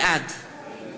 בעד